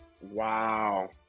Wow